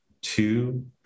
two